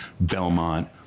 Belmont